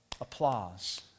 applause